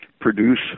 produce